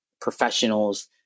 professionals